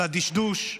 על הדשדוש,